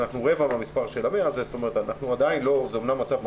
שזה רבע מן המספר שנקבע.